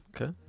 Okay